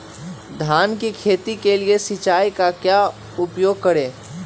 धान की खेती के लिए सिंचाई का क्या उपयोग करें?